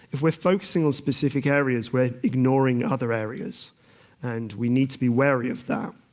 if we're focusing on specific areas we're ignoring other areas and we need to be wary of that.